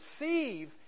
receive